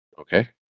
Okay